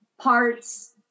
parts